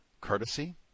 courtesy